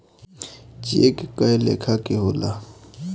check कए लेखा के होला